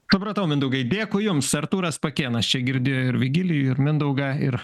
supratau mindaugai dėkui jums artūras pakėnas čia girdėjo ir vigilijų ir mindaugą ir